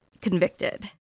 Convicted